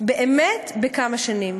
בכמה שנים.